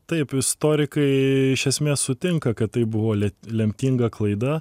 taip istorikai iš esmės sutinka kad tai buvo lemtinga klaida